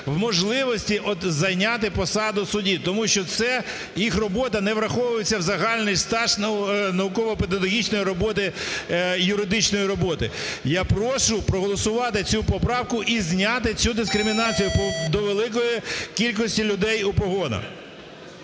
в можливості зайняти посаду судді, тому що ця їх робота не враховується в загальний стаж науково-педагогічної роботи, юридичної роботи. Я прошу проголосувати цю поправку - і зняти цю дискримінацію до великої кількості людей у погонах.